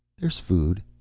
there's food.